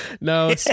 No